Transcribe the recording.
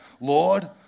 Lord